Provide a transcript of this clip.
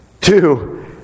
Two